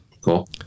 cool